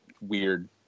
weird